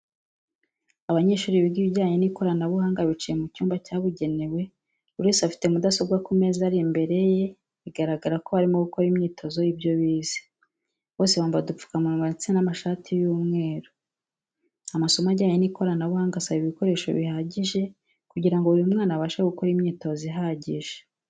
Abanyeshuri biga ibijyanye n'ikoranabuhanga bicaye mu cyumba cyabugenewe buri wese afite mudasobwa ku meza ari imbere ye bigaragara ko barimo gukora imyitozo y'ibyo bize, bose bambaye udupfukamunwa ndetse n'amashati y'umweru. Amasomo ajyanye n'ikoranabuhanga asaba ibikoreso bihagije kugirango buri mwana abashe gukora imyitozo ihagije.